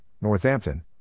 Northampton